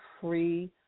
free